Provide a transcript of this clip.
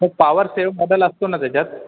sir power save बदल असतो ना त्याच्यात